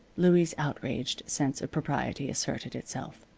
louie's outraged sense of propriety asserted itself.